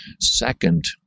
Second